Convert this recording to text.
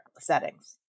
settings